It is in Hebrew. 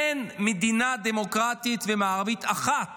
אין מדינה דמוקרטית ומערבית אחת